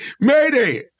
mayday